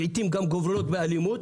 לעתים גם גובלות באלימות.